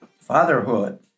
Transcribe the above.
Fatherhood